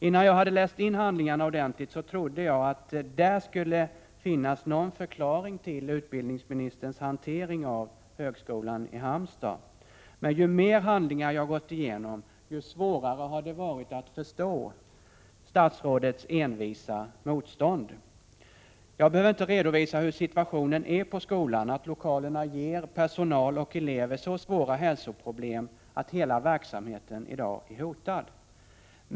Innan jag hade läst in handlingarna ordentligt trodde jag att det där skulle finnas någon förklaring till utbildningsministerns hantering av högskolan i Halmstad. Men ju fler handlingar jag gått igenom, desto svårare har det varit att förstå statsrådets envisa motstånd. Jag behöver inte redovisa hurdan situationen är på skolan eller att lokalerna ger personal och elever så svåra hälsoproblem att hela verksamheten i dag är hotad.